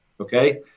okay